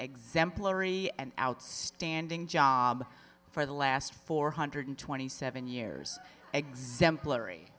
exemplary and outstanding job for the last four hundred twenty seven years exemplary